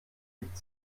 gibt